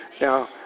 Now